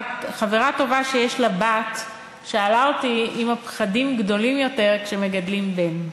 חברה טובה שיש לה בת שאלה אותי אם הפחדים גדולים יותר כשמגדלים בן.